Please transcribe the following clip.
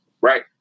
right